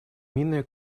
мины